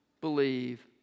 believe